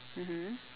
mmhmm